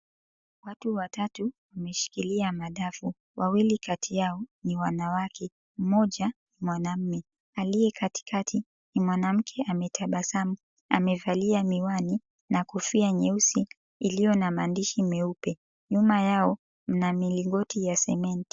Watu watatu wameshikilia madafu. Wawili kati yao ni wanawake, mmoja mwanamume. Aliye katikati ni mwanamke ametabasamu, amevalia miwani na kofia nyeusi iliyo na maandishi meupe. Nyuma yao mna milingoti ya sementi.